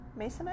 masonite